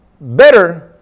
better